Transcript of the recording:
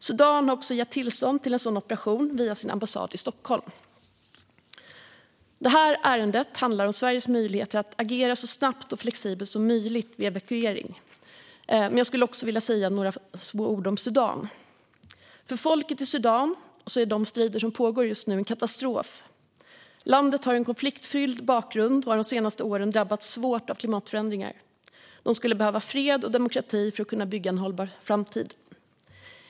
Sudan har dessutom gett tillstånd till en sådan operation via sin ambassad i Stockholm. Ärendet handlar om Sveriges möjligheter att agera så snabbt och flexibelt som möjligt vid evakuering, men jag vill även säga några ord om Sudan. De strider som pågår just nu är en katastrof för folket i Sudan. Landet har en konfliktfylld bakgrund och har de senaste åren drabbats hårt av klimatförändringar. De skulle behöva fred och demokrati för att kunna bygga en hållbar framtid.